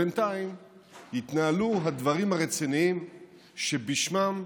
בינתיים יתנהלו הדברים הרציניים שבשמם,